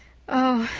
oh,